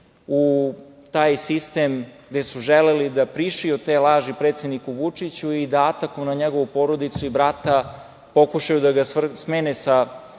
u taj sistem gde su želeli da prišiju te laži predsedniku Vučiću i da atakuju na njegovu porodicu i brata, pokušaju da ga smene sa